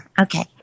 Okay